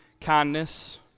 kindness